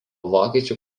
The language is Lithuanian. vokiečių